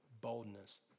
boldness